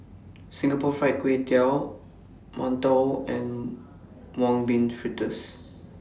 Singapore Fried Kway Tiao mantou and Mung Bean Fritters